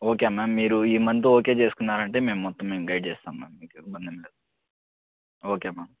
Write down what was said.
okay ma'am మీరు ఈ month okay చేసుకున్నారంటే మేము మొత్తం మేము గైడ్ చేస్తాం మ్యామ్ మీకు ఇబ్బందేం లేదు ఓకే మ్యామ్